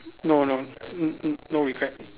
no no n~ n~ no regret